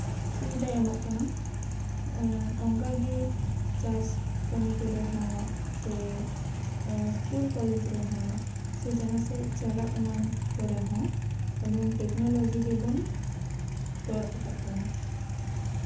ᱥᱩᱵᱤᱫᱷᱟᱭ ᱮᱢᱚᱜ ᱠᱟᱱᱟ ᱚᱱᱠᱟᱜᱮ ᱪᱟᱥ ᱠᱟᱹᱢᱤ ᱠᱚᱨᱮ ᱦᱚᱸ ᱥᱮ ᱥᱠᱩᱞ ᱠᱚᱞᱮᱡ ᱠᱚᱨᱮ ᱦᱚᱸ ᱥᱮ ᱡᱟᱦᱟᱸᱥᱮᱡ ᱪᱟᱞᱟᱜ ᱮᱢᱟᱱ ᱠᱚᱨᱮ ᱦᱚᱸ ᱟᱵᱚ ᱴᱮᱠᱱᱳᱞᱚᱡᱤ ᱜᱮᱵᱚᱱ ᱠᱚᱭᱚᱜ ᱠᱟᱜ ᱠᱟᱱᱟ